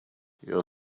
your